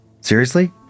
Seriously